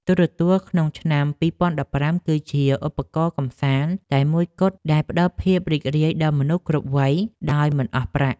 ទូរទស្សន៍ក្នុងឆ្នាំ ២០១៥ គឺជាឧបករណ៍កម្សាន្តតែមួយគត់ដែលផ្តល់ភាពរីករាយដល់មនុស្សគ្រប់វ័យដោយមិនអស់ប្រាក់។